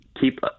keep